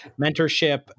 mentorship